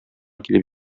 килеп